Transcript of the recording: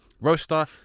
roaster